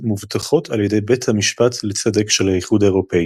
מובטחות על ידי בית המשפט לצדק של האיחוד האירופי.